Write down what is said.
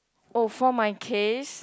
oh for my case